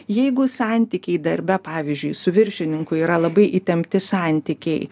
jeigu santykiai darbe pavyzdžiui su viršininku yra labai įtempti santykiai